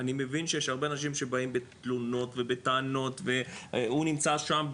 אני מבין שיש הרבה אנשים שבאים בתלונות ובטענות והוא נמצא שם,